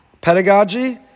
pedagogy